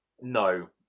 No